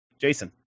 Jason